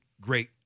great